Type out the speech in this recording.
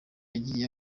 yagiye